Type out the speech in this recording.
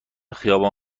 خیابان